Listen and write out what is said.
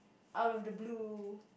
out of the blue